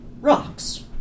Rocks